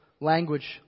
language